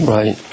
Right